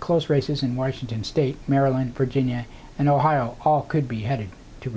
close races in washington state maryland virginia and ohio all could be headed to